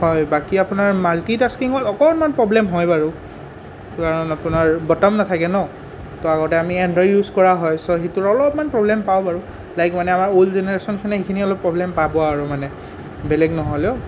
হয় বাকী আপোনাৰ মাল্টি টাস্কিঙত অকণমান প্ৰ'ব্লেম হয় বাৰু কাৰণ আপোনাৰ বাটন নাথাকে ন তো আগতে আমি এনড্ৰয়দ ইউজ কৰা হয় চ' সেইটোৰ অলপমান প্ৰ'ৱ্লেম পাওঁ বাৰু লাইক মানে আমাৰ অ'ল্ড জেনেৰেচনখিনিয়ে সেইখিনি অলপ প্ৰ'ব্লেম পাব আৰু মানে বেলেগ নহ'লেও